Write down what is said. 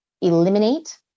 eliminate